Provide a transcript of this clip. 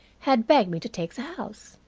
had begged me to take the house.